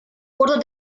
oder